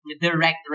direct